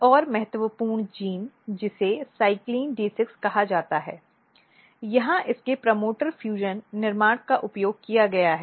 एक और महत्वपूर्ण जीन जिसे CYCLIN D6 कहा जाता है यहाँ इसके प्रमोटर फ्यूजन निर्माण का उपयोग किया गया है